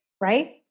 right